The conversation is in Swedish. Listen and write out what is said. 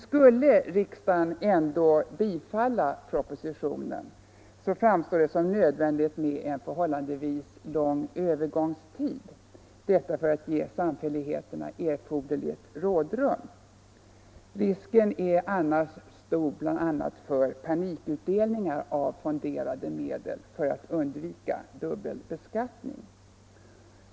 Skulle riksdagen ändock bifalla propositionen, framstår det som nödvändigt med en förhållandevis lång övergångstid för att ge samfälligheterna erforderligt rådrum. Risken är annars stor för bl.a. panikutdelningar av fonderade medel för att undvika dubbelbeskattning.